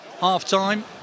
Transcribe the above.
Half-time